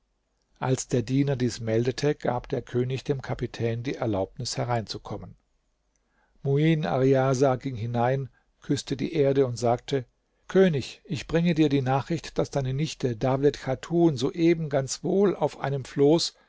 als der diener dies meldete gab der könig dem kapitän die erlaubnis hereinzukommen muin arriasah ging hinein küßte die erde und sagte könig ich bringe dir die nachricht daß deine nichte dawlet chatun soeben ganz wohl auf einem floß